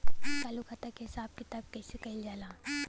चालू खाता के हिसाब किताब कइसे कइल जाला?